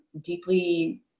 deeply